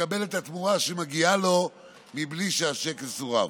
ולקבל את התמורה שמגיעה לו מבלי שהצ'ק יסורב.